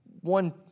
one